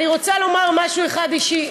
אני רוצה לומר משהו אישי,